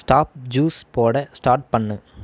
stop juice போட start பண்ணு